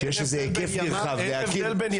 כשיש איזה היקף נרחב -- לא,